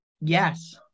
yes